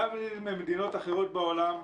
להבדיל ממדינות אחרות בעולם,